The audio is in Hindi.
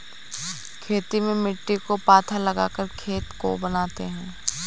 खेती में मिट्टी को पाथा लगाकर खेत को बनाते हैं?